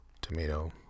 tomato